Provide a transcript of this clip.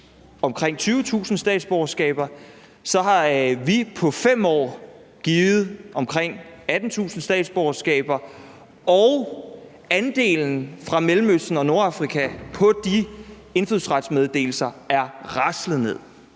omkring 20.000 statsborgerskaber, har vi på 5 år givet omkring 18.000 statsborgerskaber, og at andelen fra Mellemøsten og Nordafrika på de love om indfødsrets